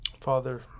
Father